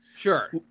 Sure